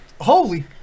holy